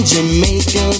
Jamaica